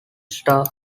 star